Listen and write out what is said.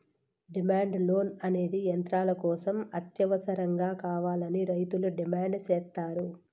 demand loan అనేది యంత్రాల కోసం అత్యవసరంగా కావాలని రైతులు డిమాండ్ సేత్తారు